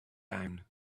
down